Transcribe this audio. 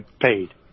paid